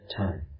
time